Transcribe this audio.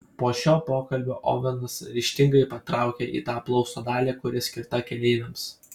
po šio pokalbio ovenas ryžtingai patraukė į tą plausto dalį kuri skirta keleiviams